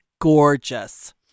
gorgeous